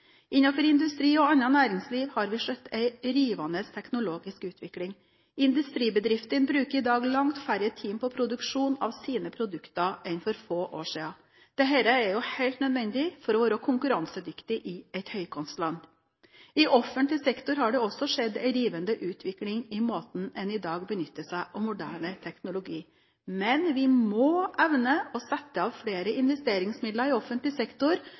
industri og annet næringsliv har vi sett en rivende teknologisk utvikling. Industribedrifter bruker i dag langt færre timer på produksjon av sine produkter enn for få år siden. Dette er helt nødvendig for å være konkurransedyktig i et høykostland. I offentlig sektor har det også skjedd en rivende utvikling i måten en i dag benytter seg av moderne teknologi. Men vi må evne å sette av flere investeringsmidler i offentlig sektor,